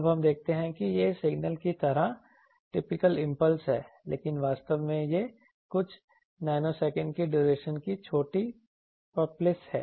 अब हम देखते हैं कि ये सिग्नल की तरह टिपिकल इंपल्स हैं लेकिन वास्तव में वे कुछ नैनोसेकंड की ड्यूरेशन की छोटी पल्सेस हैं